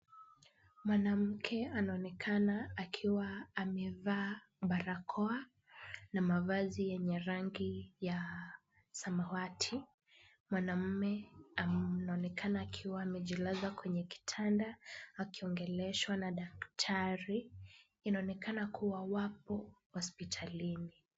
Mwanamke anaonekana akiwa amevaa barakoa na mavazi yenye rangi ya samawati. Mwanamume anaonekana akiwa amejilaza kwenye kitanda akiongeleshwa na daktari. Inaonekana kuwa wapo hospitalini.